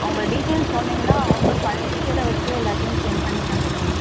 உங்கள் டீடைல்ஸ் சொன்னீங்கனால் அவங்க பழைய டீட்டைலை வெச்சு எல்லாத்தேயும் பிரிண்ட் பண்ணி தந்துடுவாங்க